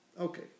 Okay